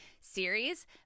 series